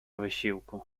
wysiłku